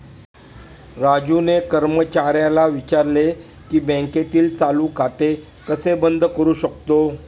राजूने कर्मचाऱ्याला विचारले की बँकेतील चालू खाते कसे बंद करू शकतो?